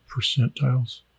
percentiles